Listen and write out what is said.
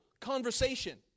conversation